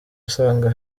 usanga